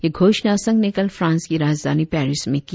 यह घोषणा संघ ने कल फ्रांस की राजधानी पेरिस में की